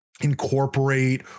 incorporate